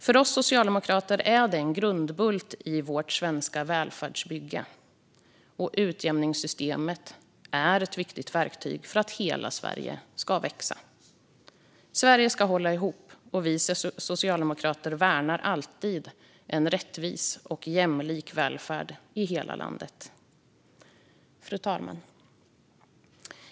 För oss socialdemokrater är det en grundbult i vårt svenska välfärdsbygge, och utjämningssystemet är ett viktigt verktyg för att hela Sverige ska växa. Sverige ska hålla ihop, och vi socialdemokrater värnar alltid en rättvis och jämlik välfärd i hela landet. Fru talman!